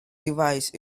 device